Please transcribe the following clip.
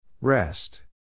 Rest